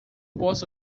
posso